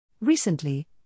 Recently